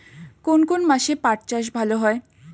কোন কোন মাসে পাট চাষ ভালো হয়?